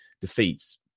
defeats